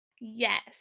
Yes